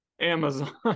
Amazon